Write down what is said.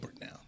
now